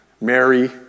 Mary